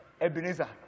Ebenezer